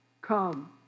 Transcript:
come